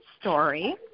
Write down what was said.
story